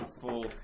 full